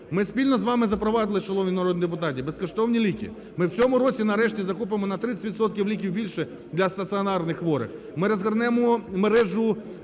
ми спільно з вами запровадили, шановні народні депутати, безкоштовні ліки, ми в цьому році нарешті закупимо на 30 відсотків ліків більше для стаціонарних хворих, ми розгорнемо мережу